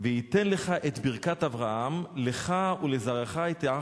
"ויתן לך את ברכת אברהם לך ולזרעך אתך